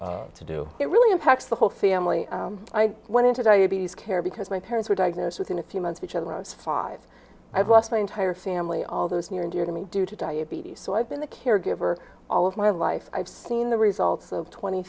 family to do it really impacts the whole family i went into diabetes care because my parents were diagnosed within a few months which i when i was five i've lost my entire family all those near and dear to me due to diabetes so i've been the caregiver all of my life i've seen the results of twenty